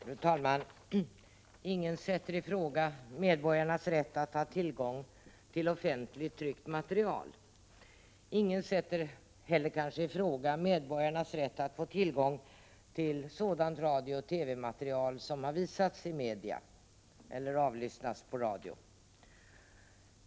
Fru talman! Ingen sätter i fråga medborgarnas rätt att ha tillgång till offentligt tryckt material. Kanske sätter ingen heller i fråga medborgarnas rätt att få tillgång till sådant radiooch TV-material som har visats i media eller avlyssnats i radio.